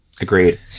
agreed